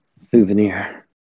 souvenir